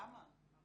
למה?